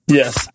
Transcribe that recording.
yes